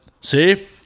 See